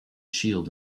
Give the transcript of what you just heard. shield